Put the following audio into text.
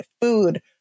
food